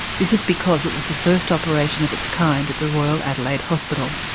this is because it was the first operation of its kind at the royal adelaide hospital.